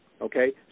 Okay